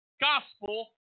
gospel